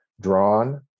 drawn